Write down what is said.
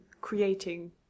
creating